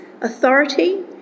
authority